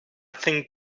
think